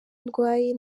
ndwaye